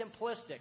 simplistic